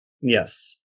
Yes